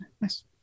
Nice